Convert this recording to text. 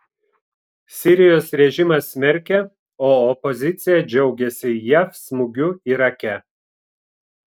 sirijos režimas smerkia o opozicija džiaugiasi jav smūgiu irake